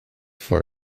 for